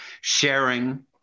sharing